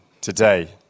today